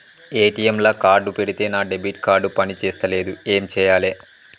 ATM లా card పెడితే నా డెబిట్ కార్డ్ పని చేస్తలేదు ఏం చేయాలే?